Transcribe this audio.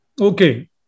Okay